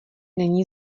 není